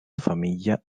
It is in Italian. famiglia